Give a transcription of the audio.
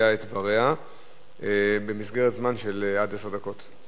את דבריה במסגרת זמן של עד עשר דקות.